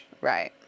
right